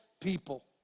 people